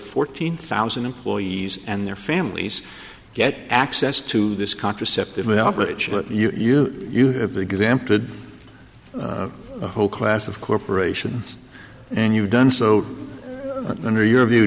fourteen thousand employees and their families get access to this contraceptive average but you you have the example of whole class of corporation and you've done so under your view